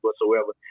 whatsoever